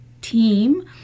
team